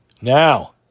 Now